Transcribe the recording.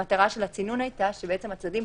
מטרת הצינון היתה שהצדדים